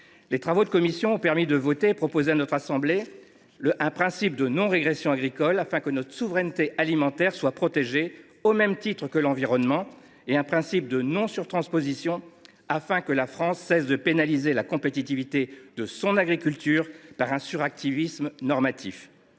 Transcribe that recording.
Les travaux en commission ont conduit à proposer à notre assemblée un principe de non régression agricole, afin que notre souveraineté alimentaire soit protégée au même titre que l’environnement, ainsi qu’un principe de non surtransposition, de manière que la France cesse de pénaliser la compétitivité de son agriculture par un suractivisme normatif.